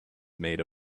made